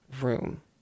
room